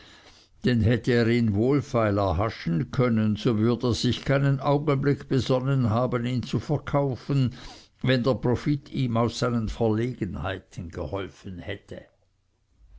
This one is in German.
denn hätte er ihn wohlfeil erhaschen können so würde er sich keinen augenblick besonnen haben ihn zu verkaufen wenn der profit ihm aus seinen verlegenheiten geholfen hätte